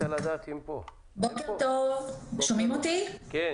בוקר טוב, אני